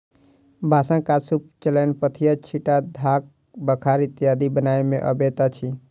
बाँसक काज सूप, चालैन, पथिया, छिट्टा, ढाक, बखार इत्यादि बनबय मे अबैत अछि